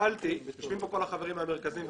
יושבים פה כל החברים מהמרכזים,